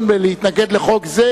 בלהתנגד לחוק הזה,